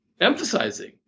emphasizing